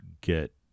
get